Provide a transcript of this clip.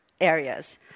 areas